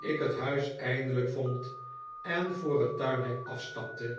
ik het huis eindelijk vond en voor het tuinhek afstapte